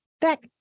back